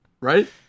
right